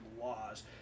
laws